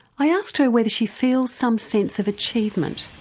i asked her whether she feels some sense of achievement?